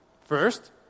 First